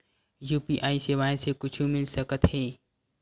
UPI सेवाएं से कुछु मिल सकत हे?